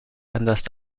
anders